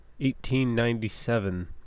1897